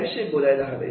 याविषयी बोलायला हवे